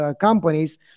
companies